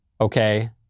Okay